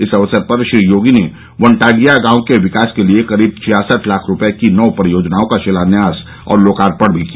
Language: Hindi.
इस अवसर पर श्री योगी ने वनटांगिया गांव के विकास के लिये करीब छाछठ लाख रूपये की नौ परियोजनाओं का शिलान्यास और लोकार्पण भी किया